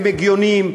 הם הגיוניים,